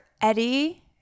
Eddie